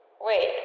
Wait